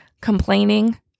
complaining